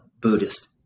Buddhist